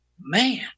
man